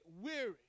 weary